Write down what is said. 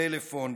פלאפון,